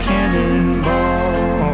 Cannonball